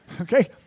Okay